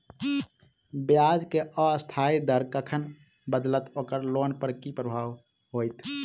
ब्याज केँ अस्थायी दर कखन बदलत ओकर लोन पर की प्रभाव होइत?